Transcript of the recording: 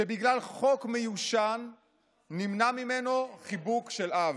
שבגלל חוק מיושן נמנע ממנו חיבוק של אב?